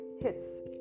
hits